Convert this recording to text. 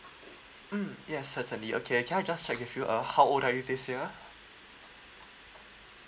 mm yes certainly okay can I just check with you uh how old are you this year